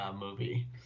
movie